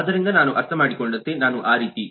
ಆದ್ದರಿಂದ ನಾನು ಅರ್ಥಮಾಡಿಕೊಂಡಂತೆ ನಾನು ಆ ರೀತಿ